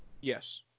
Yes